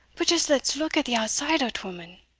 but just let's look at the outside o't, woman.